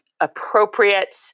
appropriate